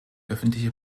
öffentliche